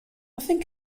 think